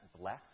bless